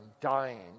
dying